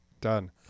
Done